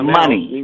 money